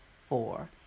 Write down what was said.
four